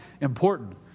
important